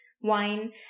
wine